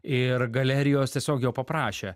ir galerijos tiesiog jo paprašė